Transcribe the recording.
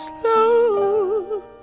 slow